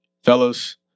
Fellas